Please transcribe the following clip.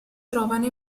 trovano